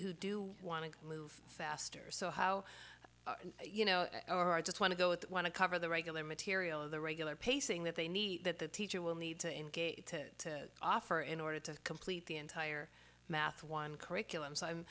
who do want to move faster so how do you know i just want to go with want to cover the regular material of the regular pacing that they need that the teacher will need to engage to offer in order to complete the entire math one curriculum so i'm